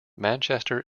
manchester